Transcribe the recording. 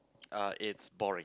uh it's boring